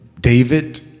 David